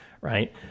right